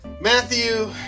Matthew